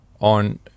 on